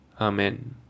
Amen